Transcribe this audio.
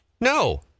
no